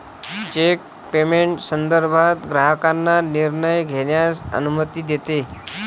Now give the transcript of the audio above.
check payment संदर्भात ग्राहकांना निर्णय घेण्यास अनुमती देते